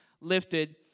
lifted